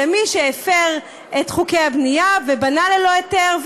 למי שהפר את חוקי הבנייה ובנה ללא היתר,